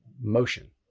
motion